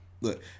Look